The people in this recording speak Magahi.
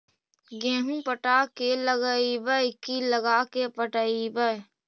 गेहूं पटा के लगइबै की लगा के पटइबै?